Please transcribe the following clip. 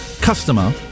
customer